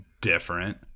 different